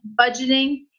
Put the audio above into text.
budgeting